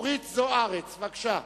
חברת הכנסת אורית זוארץ, בבקשה.